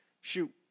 shoot